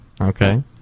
Okay